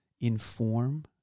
inform